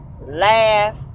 laugh